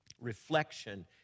reflection